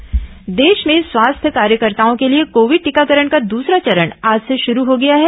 corona टीकाकरण देश में स्वास्थ्य कार्यकर्ताओं के लिए कोविड टीकाकरण का दूसरा चरण आज से शुरू हो गया है